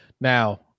Now